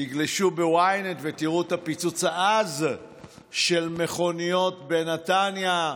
תגלשו ב-ynet ותראו את הפיצוץ העז של מכוניות בנתניה,